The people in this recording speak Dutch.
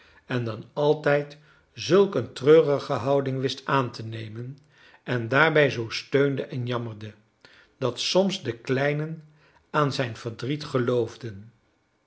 en dan altijd zulk een treurige houding wist aan te nemen en daarbij zoo steunde en jammerde dat soms de kleinen aan zijn verdriet geloofden